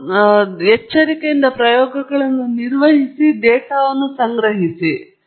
ನಾನು ಒಂದು ಬಹುಪದೋಹದ ರೀತಿಯ ಸಂಬಂಧವನ್ನು ನೋಡಬಹುದು ಆದರೆ ಇದು ಒಂದು ವರ್ಗ ಅಥವಾ ಘನವಾಗಿದೆಯೆ ಎಂದು ನನಗೆ ಗೊತ್ತಿಲ್ಲ